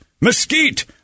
mesquite